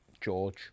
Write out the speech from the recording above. george